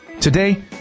Today